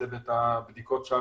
צוות בדיקות,